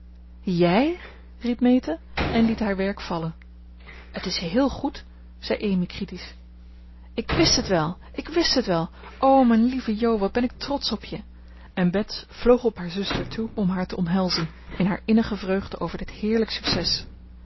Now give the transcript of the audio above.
jij riep meta en liet haar werk vallen het is héél goed zei amy critisch ik wist het wel ik wist het wel o mijn lieve jo wat ben ik trotsch op je en bets vloog op haar zuster toe om haar te omhelzen in haar innige vreugde over dit heerlijk succes